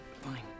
fine